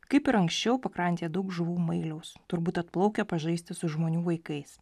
kaip ir anksčiau pakrantėje daug žuvų mailiaus turbūt atplaukia pažaisti su žmonių vaikais